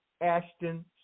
Ashton